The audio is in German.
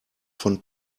von